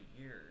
years